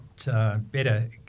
Better